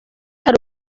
hari